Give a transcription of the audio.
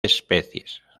especies